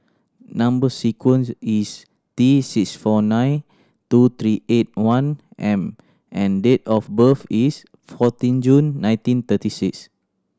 number sequence is T six four nine two three eight one M and date of birth is fourteen June nineteen thirty six